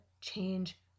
change